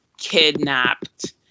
Kidnapped